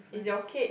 is your cage